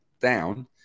down